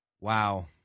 Wow